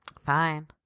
Fine